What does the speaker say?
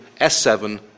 S7